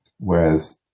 Whereas